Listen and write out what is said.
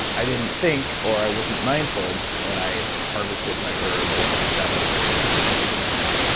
i didn't think or i wasn't mindful when i harvested my herb or my fennel or whatever like i'm eating right now,